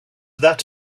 that